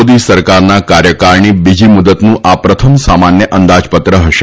મોદી સરકારના કાર્યકાળની બીજી મુદ્દતનું આ પ્રથમ સામાન્ય અંદાજપત્ર હશે